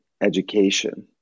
education